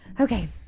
Okay